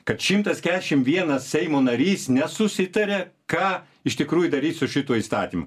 kad šimtas kešim vienas seimo narys nesusitaria ką iš tikrųjų daryt su šituo įstatymu